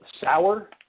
sour